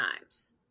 Times